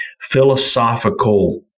philosophical